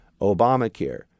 Obamacare